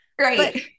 Right